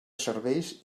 serveis